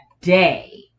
day